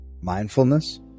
Mindfulness